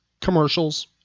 commercials